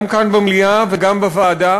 גם כאן, במליאה, וגם בוועדה.